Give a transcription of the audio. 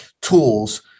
Tools